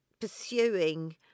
pursuing